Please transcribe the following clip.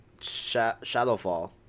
Shadowfall